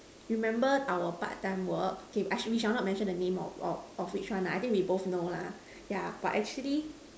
remember our part time work okay I we shall not mention the name of of of which one lah I think we both know lah yeah but actually